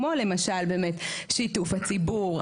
כמו למשל באמת שיתוף הציבור,